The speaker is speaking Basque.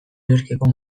yorkeko